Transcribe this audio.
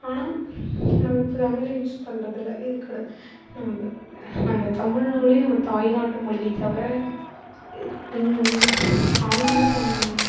ஆனால் நம்ம இப்போ தமிழை யூஸ் பண்ணுறதில்ல இது நம்ம நம்ம தமிழ்னாலே நம்ம தாய் நாட்டு மொழியை தவிர ஆங்கிலம் நம்